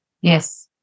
yes